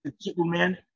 Superman